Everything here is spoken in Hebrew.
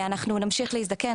ואנחנו נמשיך להזדקן,